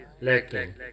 lacking